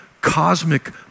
cosmic